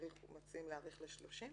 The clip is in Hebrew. ומציעים להאריך ל-30,